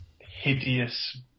hideous